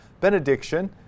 Benediction